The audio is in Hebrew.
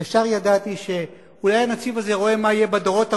ישר ידעתי שאולי הנציב הזה רואה מה יהיה בדורות הבאים,